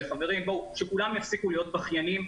חברים, שכולם יפסיקו להיות בכיינים.